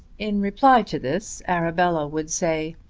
in reply to this arabella would say,